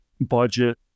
budget